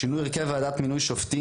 שינוי הרכב ועדת מינוי שופטים,